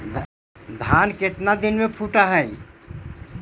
धान केतना दिन में फुट है?